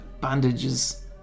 bandages